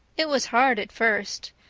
it was hard at first.